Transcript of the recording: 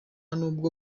n’ubwo